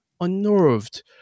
unnerved